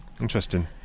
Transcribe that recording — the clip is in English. Interesting